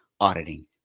auditing